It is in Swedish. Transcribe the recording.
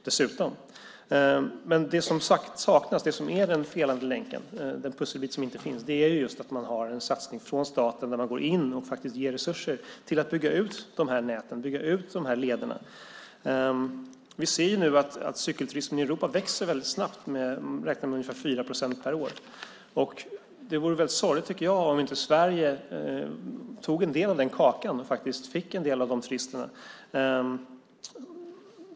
Det som saknas, det som är den felande länken, den pusselbit som inte finns, är en satsning från staten där man går in och ger resurser till att bygga ut de här näten och lederna. Vi ser att cykelturismen i Europa växer väldigt snabbt, med ungefär 4 procent per år. Det vore väldigt sorgligt om Sverige inte tog en del av den kakan och fick en del av dessa turister.